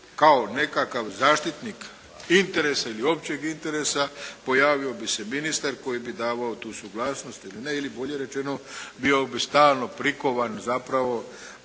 kao nekakav zaštitnik interesa ili općeg interesa pojavio bi se ministar koji bi davao tu suglasnost ili ne ili bolje rečeno bio bi stalno prikovan zapravo